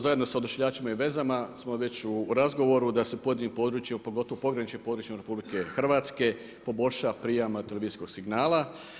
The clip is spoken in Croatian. Zajedno sa Odašiljačima i vezama smo već u razgovoru da se u pojedinim područjima pogotovo u pograničnim područjima RH poboljša prijam tv signala.